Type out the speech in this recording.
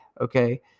okay